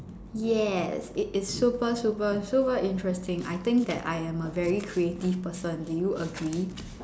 yes it is super super super interesting I think that I am a very creative person do you agree